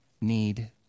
need